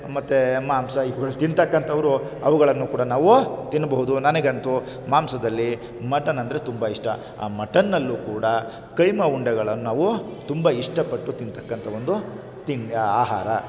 ಮತ್ತು ಮಾಂಸ ಇವುಗಳನ್ನ ತಿಂತಕ್ಕಂಥವ್ರು ಅವುಗಳನ್ನೂ ಕೂಡ ನಾವು ತಿನ್ನಬಹುದು ನನಗಂತೂ ಮಾಂಸದಲ್ಲಿ ಮಟನ್ ಅಂದರೆ ತುಂಬ ಇಷ್ಟ ಆ ಮಟನ್ನಲ್ಲೂ ಕೂಡಾ ಕೈಮಾ ಉಂಡೆಗಳನ್ನ ನಾವು ತುಂಬ ಇಷ್ಟಪಟ್ಟು ತಿಂತಕ್ಕಂಥ ಒಂದು ತಿಂಡಿ ಆಹಾರ